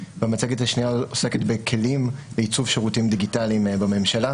המצגת השנייה עוסקת בכלים לעיצוב שירותים דיגיטליים בממשלה,